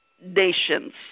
nations